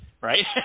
right